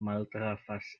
maltrafas